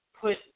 put